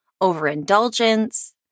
overindulgence